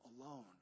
alone